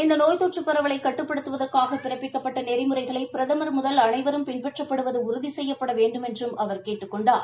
இநத நோய் தொற்று பரவலை கட்டுப்படுத்துவதற்காக பிறப்பிக்கப்பட்ட நெறிமுறைகளை பிரதமா் முதல் அனைவரும் பின்பற்றப்படுவது உறுதி செய்யப்பட வேண்டுமென்றும் அவர் கேட்டுக் கொண்டார்